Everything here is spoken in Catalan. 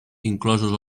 inclosos